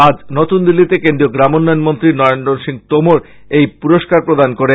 আজ নতুনদিল্লীতে কেন্দ্রীয় গ্রামোন্নয়ন মন্ত্রী নরেন্দ্র সিং তোমর এই পুরস্কার প্রদান করেন